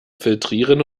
filtrieren